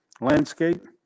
Landscape